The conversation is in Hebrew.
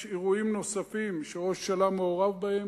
יש אירועים נוספים שראש הממשלה מעורב בהם,